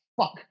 fuck